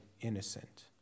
innocent